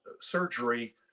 surgery